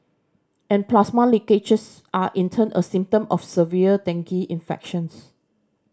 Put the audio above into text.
and plasma leakages are in turn a symptom of severe dengue infections